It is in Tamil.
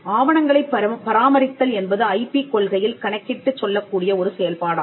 ஆவணங்களைப் பராமரித்தல் என்பது ஐபி கொள்கையில் கணக்கிட்டுச் சொல்லக்கூடிய ஒரு செயல்பாடாகும்